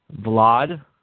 Vlad